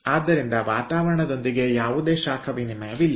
ಆದ್ದರಿಂದ ವಾತಾವರಣದೊಂದಿಗೆ ಯಾವುದೇ ಶಾಖ ವಿನಿಮಯವಿಲ್ಲ